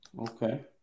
Okay